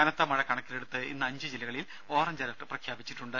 കനത്ത മഴ കണക്കിലെടുത്ത് ഇന്ന് അഞ്ച് ജില്ലകളിൽ ഓറഞ്ച് അലർട്ട് പ്രഖ്യാപിച്ചിട്ടുണ്ട്